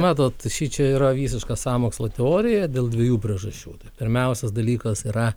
matot šičia yra visiška sąmokslo teorija dėl dviejų priežasčių pirmiausias dalykas yra